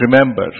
Remember